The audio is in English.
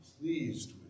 pleased